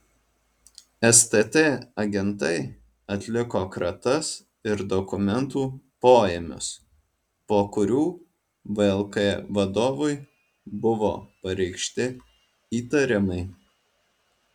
stt agentai atliko kratas ir dokumentų poėmius po kurių vlk vadovui buvo pareikšti įtarimai